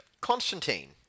Constantine